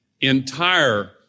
entire